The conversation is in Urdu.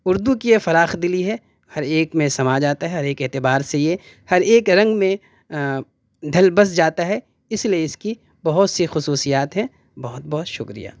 اردو کی یہ فراخ دلی ہے ہر ایک میں سما جاتا ہے ہر ایک کے اعتبار سے یہ ہر ایک رنگ میں ڈھل بس جاتا ہے اس لئے اس کی بہت سی خصوصیات ہیں بہت بہت شکریہ